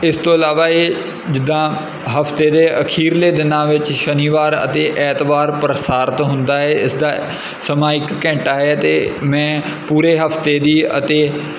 ਇਸ ਤੋਂ ਇਲਾਵਾ ਇਹ ਜਿੱਦਾਂ ਹਫਤੇ ਦੇ ਅਖੀਰਲੇ ਦਿਨਾਂ ਵਿੱਚ ਸ਼ਨੀਵਾਰ ਅਤੇ ਐਤਵਾਰ ਪ੍ਰਸਾਰਿਤ ਹੁੰਦਾ ਏ ਇਸਦਾ ਸਮਾਂ ਇੱਕ ਘੰਟਾ ਹੈ ਅਤੇ ਮੈਂ ਪੂਰੇ ਹਫਤੇ ਦੀ ਅਤੇ